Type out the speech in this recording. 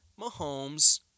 Mahomes